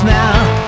now